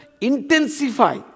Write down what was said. intensify